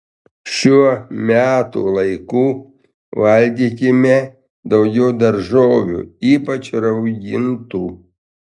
šiuo metų laiku valgykime daugiau daržovių ypač raugintų